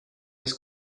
mis